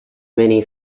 many